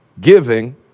Giving